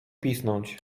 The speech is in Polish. pisnąć